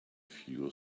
few